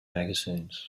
magazines